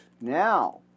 Now